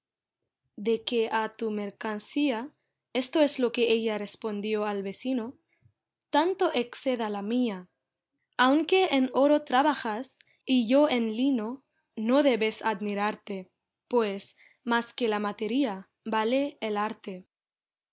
de que a tu mercancía esto es lo que ella respondió al vecino tanto exceda la mía aunque en oro trabajas y yo en lino no debes admirarte pues más que la materia vale el arte